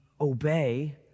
obey